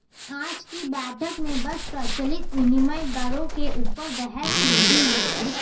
आज की बैठक में बस प्रचलित विनिमय दरों के ऊपर बहस हुई थी